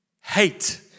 Hate